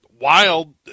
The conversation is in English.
Wild